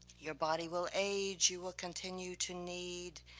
your body will age, you will continue to need,